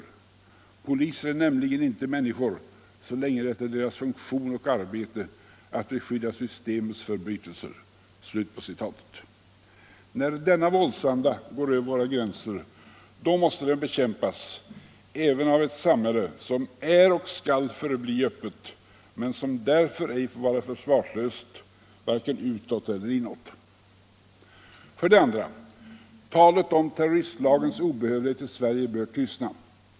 Poliser är nämligen inte människor så länge det är deras funktion och arbete att beskydda systemets förbrytelse.” När denna våldsanda går över våra gränser, måste den bekämpas även av ett samhälle som är och skall förbli öppet men som därför ej får vara försvarslöst vare sig utåt eller inåt. 2. Talet om terroristlagens obehövlighet i Sverige bör tystna.